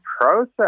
process